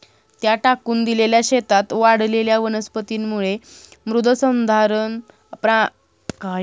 त्या टाकून दिलेल्या शेतात वाढलेल्या वनस्पतींमुळे मृदसंधारण, पाणी साठवण इत्यादीद्वारे शेताची सुपीकता परत येते